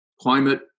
climate